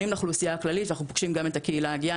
לאוכלוסייה הכללית ואנחנו פוגשים גם את הקהילה הגאה,